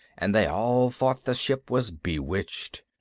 and they all thought the ship was bewitched.